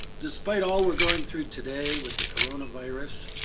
despite all we're going through today with the coronavirus,